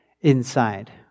inside